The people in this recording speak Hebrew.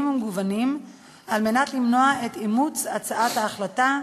ומגוונים על מנת למנוע את אימוץ הצעת ההחלטה,